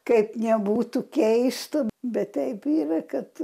kaip nebūtų keista bet taip yra kad